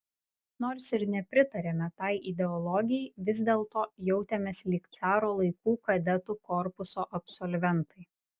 nors ir nepritarėme tai ideologijai vis dėlto jautėmės lyg caro laikų kadetų korpuso absolventai